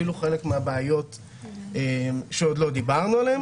ואפילו חלק מהבעיות שעוד לא דיברנו עליהן.